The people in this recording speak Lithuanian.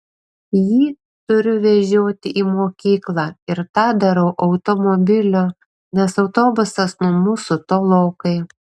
jį turiu vežioti į mokyklą ir tą darau automobiliu nes autobusas nuo mūsų tolokai